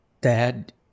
Dad